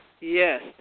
Yes